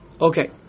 Okay